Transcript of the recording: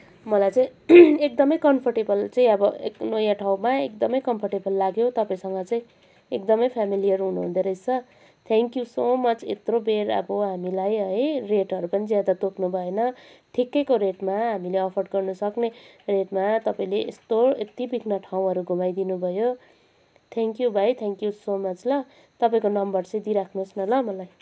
मलाई चाहिँ एकदमै कम्फोर्टेबल चाहिँ अब नयाँ ठाउँमा एकदमै कम्फोर्टेबल लाग्यो तपाईँसँग चाहिँ एकदमै फ्यामिलियर हुनुहुँदो रहेछ थ्याङ्क यू सो मच यत्रोबेर अब हामीलाई है रेटहरू पनि ज्यादा तोक्नुभएन ठिकैको रेटमा हामीले अफोर्ड गर्न सक्ने रेटमा तपाईँले यस्तो यति बिघ्न ठाउँहरू घुमाइदिनुभयो थ्याङ्क यू भाइ थ्याङ्क यू सो मच ल तपाईँको नम्बर चाहिँ दिइराख्नुहोस् न ल मलाई